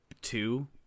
Two